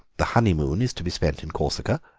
the honeymoon is to be spent in corsica,